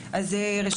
מרחוק.